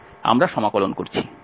আমরা সমাকলন করছি